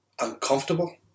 Uncomfortable